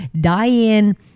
diane